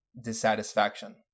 dissatisfaction